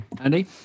Andy